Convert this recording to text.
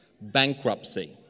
Bankruptcy